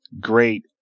great